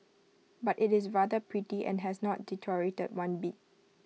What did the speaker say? but IT is rather pretty and has not deteriorated one bit